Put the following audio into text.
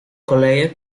koleje